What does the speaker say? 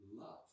love